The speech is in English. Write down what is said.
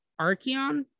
archeon